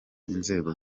inzego